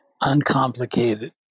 uncomplicated